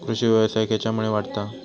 कृषीव्यवसाय खेच्यामुळे वाढता हा?